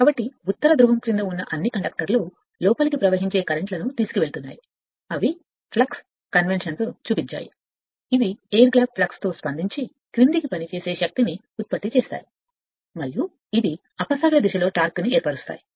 కాబట్టి ఉత్తర ధ్రువం క్రింద ఉన్న అన్ని కండక్టర్లు లోపలికి ప్రవహించే కరెంట్లను తీసుకువెళుతున్నాయి అవి ఫ్లక్స్ కన్వెన్షన్తో చూపించాయి ఇవి ఎయిర్ గ్యాప్ ఫ్లక్స్తో స్పందించి క్రిందికి పనిచేసే శక్తిని ఉత్పత్తి చేస్తాయి మరియు ఇది అపసవ్య దిశలో టార్క్ను ఎదుర్కుంటుంది